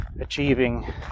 achieving